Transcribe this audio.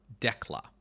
DECLA